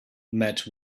met